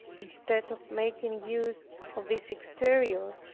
instead of making use of this exterior,